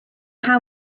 how